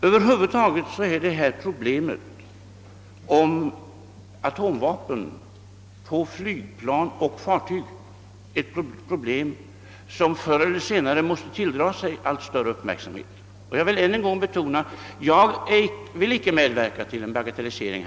Över huvud taget är frågan om atomvapen på flygplan och fartyg ett problem som förr eller senare måste tilldra sig allt större uppmärksamhet. Jag vill än en gång betona att jag icke vill medverka till en bagatellisering.